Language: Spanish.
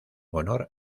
honor